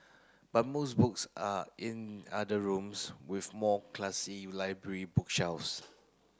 but most books are in other rooms with more classy library bookshelves